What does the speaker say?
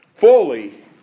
Fully